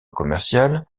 commercial